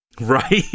Right